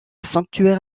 sanctuaire